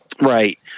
Right